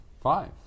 five